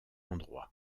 endroit